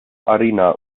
arena